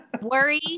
worry